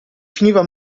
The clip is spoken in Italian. finiva